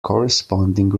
corresponding